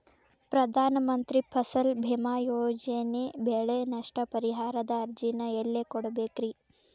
ಪ್ರಧಾನ ಮಂತ್ರಿ ಫಸಲ್ ಭೇಮಾ ಯೋಜನೆ ಬೆಳೆ ನಷ್ಟ ಪರಿಹಾರದ ಅರ್ಜಿನ ಎಲ್ಲೆ ಕೊಡ್ಬೇಕ್ರಿ?